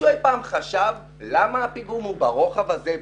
פעם מישהו חשב למה הפיגום בארץ הוא ברוחב כזה?